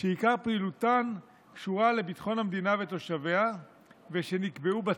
שעיקר פעילותן קשורה לביטחון המדינה ותושביה ושנקבעו בצו,